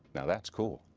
now that's cool.